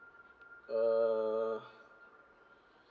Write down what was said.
uh